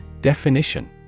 Definition